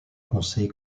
conseil